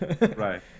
right